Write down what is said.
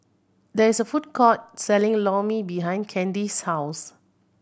there is a food court selling Lor Mee behind Candyce's house